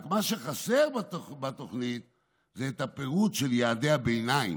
רק מה שחסר בתוכנית זה הפירוט של יעדי הביניים.